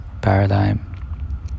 paradigm